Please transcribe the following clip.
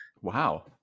Wow